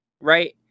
right